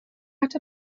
out